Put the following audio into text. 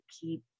keep